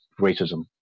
racism